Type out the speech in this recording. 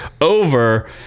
over